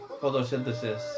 Photosynthesis